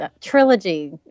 Trilogy